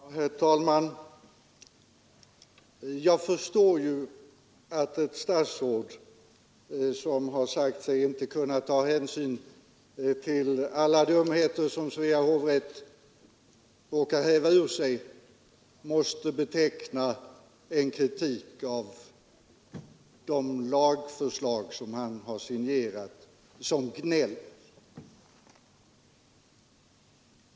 Herr talman! Jag förstår ju att ett statsråd som har sagt sig inte kunna ta hänsyn till alla dumheter som Svea hovrätt råkar häva ur sig måste beteckna en kritik av de lagförslag som han har signerat såsom gnäll.